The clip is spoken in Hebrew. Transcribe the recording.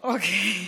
אוקיי.